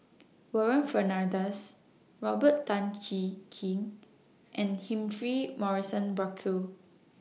Warren Fernandez Robert Tan Jee Keng and Humphrey Morrison Burkill